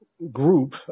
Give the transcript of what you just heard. group